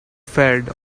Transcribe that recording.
fed